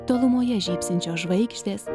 tolumoje žybsinčios žvaigždės